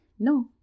No